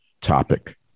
topic